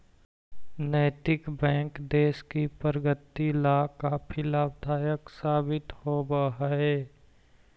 नैतिक बैंक देश की प्रगति ला काफी लाभदायक साबित होवअ हई